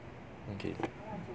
okay